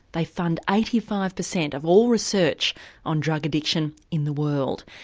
they fund eighty five percent of all research on drug addiction in the world.